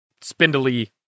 spindly